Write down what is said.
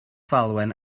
falwen